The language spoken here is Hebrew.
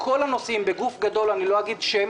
כל הנושאים הדומים בגוף גדול מסוים לא אגיד את שמו,